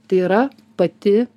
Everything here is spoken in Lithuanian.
tai yra pati